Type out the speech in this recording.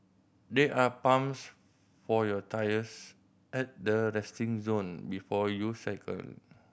there are pumps for your tyres at the resting zone before you cycle